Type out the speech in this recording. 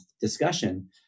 discussion